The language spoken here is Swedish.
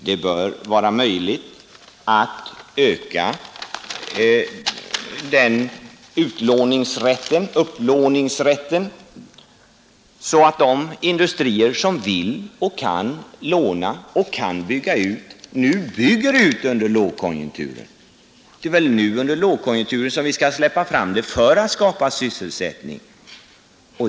Det bör vara möjligt att öka upplåningsrätten så att de industrier som vill och kan låna och kan bygga ut nu bygger ut under lågkonjunkturen. Det är väl nu under lågkonjunkturen som vi skall släppa fram pengar för att skapa sysselsättning.